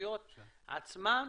ברשויות עצמן,